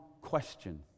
question